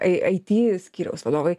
it skyriaus vadovai